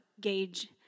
gauge